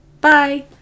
Bye